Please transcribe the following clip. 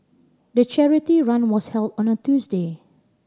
the charity run was held on a Tuesday